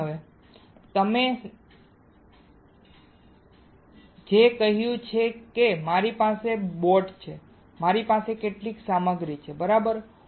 screen હવે મેં તમને જે કહ્યું તે છે કે મારી પાસે બોટ છે મારી પાસે કેટલીક સામગ્રી છે બરાબર